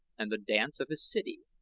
and the dance of his city.